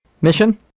mission